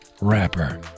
rapper